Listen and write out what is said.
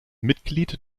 mitglied